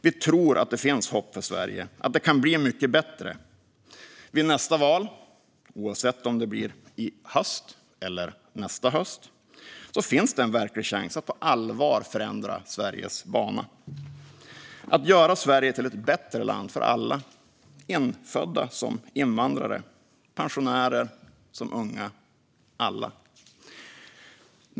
Vi tror att det finns hopp för Sverige och att det kan bli mycket bättre. Vid nästa val, oavsett om det blir i höst eller nästa höst, finns en verklig chans att på allvar förändra Sveriges bana och göra Sverige till ett bättre land för alla, infödda som invandrare, pensionärer som unga - alla.